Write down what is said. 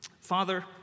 Father